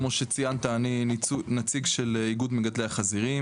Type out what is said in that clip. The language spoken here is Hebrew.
כמו שציינת אני נציג של איגוד מגדלי החזירים